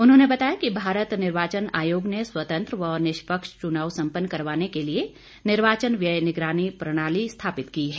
उन्होंने बताया कि भारत निर्वाचन आयोग ने स्वतंत्र व निष्पक्ष चुनाव सम्पन्न करवाने के लिए निर्वाचन व्यय निगरानी प्रणाली स्थापित की है